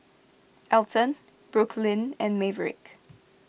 Elton Brooklynn and Maverick